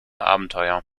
abenteuer